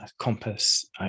compass